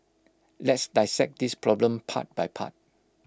let's dissect this problem part by part